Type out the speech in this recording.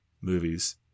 movies